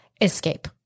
escape